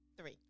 three